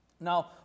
Now